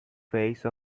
phase